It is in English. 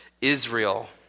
Israel